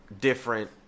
different